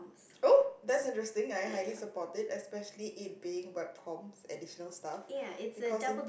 oh that's interesting I highly support it especially it being web comm additional stuff because in